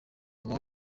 mama